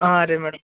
ಹಾಂ ರೀ ಮೇಡಮ್